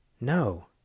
No